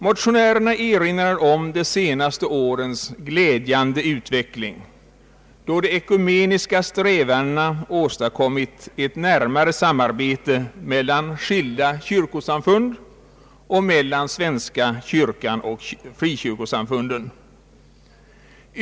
Motionärerna erinrar om de senaste årens glädjande utveckling då de ekumeniska strävandena åstadkommit ett närmare samarbete mellan skilda kyrkosamfund samt mellan svenska kyrkan och frikyrkosamfunden.